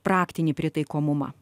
praktinį pritaikomumą